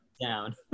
Down